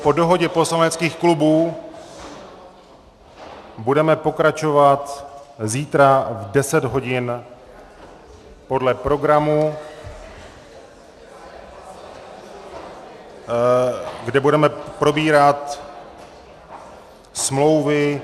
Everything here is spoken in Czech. Po dohodě poslaneckých klubů budeme pokračovat zítra v deset hodin podle programu, kde budeme probírat smlouvy...